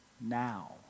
now